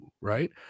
right